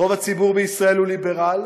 רוב הציבור בישראל הוא ליברלי,